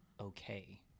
okay